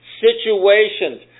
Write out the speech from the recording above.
situations